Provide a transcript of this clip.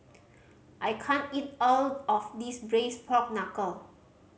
I can't eat all of this Braised Pork Knuckle